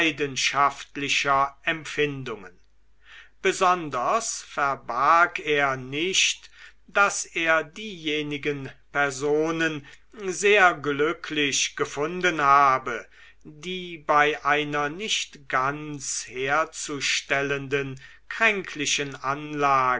empfindungen besonders verbarg er nicht daß er diejenigen personen sehr glücklich gefunden habe die bei einer nicht ganz herzustellenden kränklichen anlage